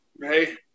Hey